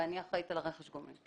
ואת אחראית על רכש הגומלין.